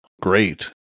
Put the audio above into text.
great